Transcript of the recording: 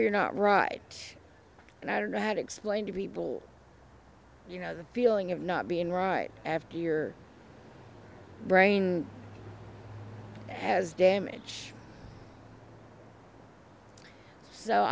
you're not right and i don't know how to explain to people you know the feeling of not being right after your brain has damage so